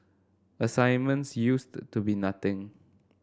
assignments used to be nothing